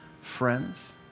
friends